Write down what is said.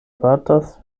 batas